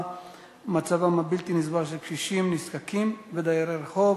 בנושא: מצבם הבלתי-נסבל של קשישים נזקקים ודיירי רחוב,